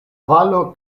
valo